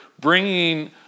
bringing